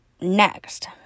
Next